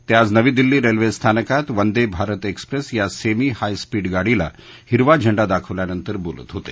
ते आज नवी दिल्ली रेल्वे स्थानकात वंदे भारत एक्सप्रेस या सेमी हायस्पीड गाडीला हिरवा झेंडा दाखवल्यानंतर बोलत होते